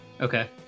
Okay